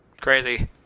Crazy